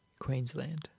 Queensland